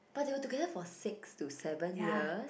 but they are together for six to seven years